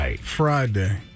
Friday